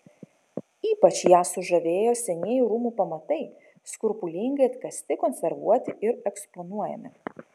ypač ją sužavėjo senieji rūmų pamatai skrupulingai atkasti konservuoti ir eksponuojami